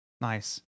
Nice